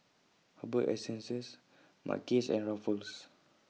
Herbal Essences Mackays and Ruffles